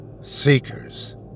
Seekers